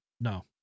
no